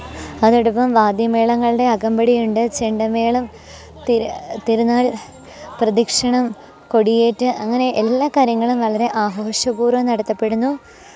അതോടൊപ്പം വാദ്യമേളങ്ങളുടെ അകമ്പടിയുണ്ട് ചെണ്ടമേളം തിരുനാൾ പ്രദക്ഷിണം കൊടിയേറ്റ് അങ്ങനെ എല്ലാ കാര്യങ്ങളും വളരെ ആഘോഷപൂര്വ്വം നടത്തപ്പെടുന്നു